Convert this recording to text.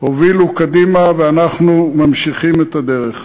הובילו קדימה, ואנחנו ממשיכים את הדרך.